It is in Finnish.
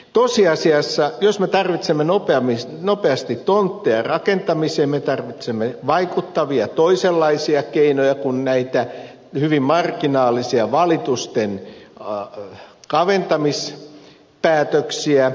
tosiasiassa jos me tarvitsemme nopeasti tontteja rakentamiseen me tarvitsemme vaikuttavia toisenlaisia keinoja kuin näitä hyvin marginaalisia valitusten kaventamispäätöksiä